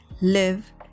live